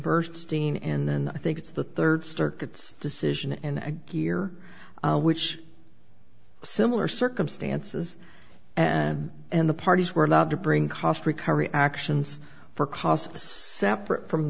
burstein and then i think it's the third sturk its decision and here which similar circumstances and and the parties were allowed to bring cost recovery actions for costs separate from